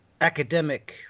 academic